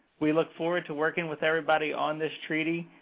we look forward to working with everybody on this treaty.